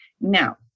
Now